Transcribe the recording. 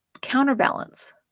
counterbalance